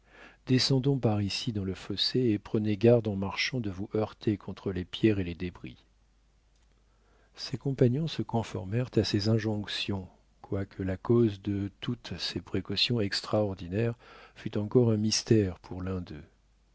descendons par ici dans le fossé et prenez garde en marchant de vous heurter contre les pierres et les débris ses compagnons se conformèrent à ses injonctions quoique la cause de toutes ces précautions extraordinaires fût encore un mystère pour l'un d'eux